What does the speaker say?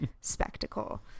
spectacle